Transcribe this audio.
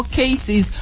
cases